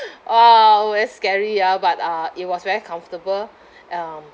!wow! very scary ah but uh it was very comfortable um